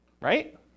right